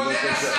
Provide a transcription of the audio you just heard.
כולל השר.